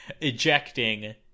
ejecting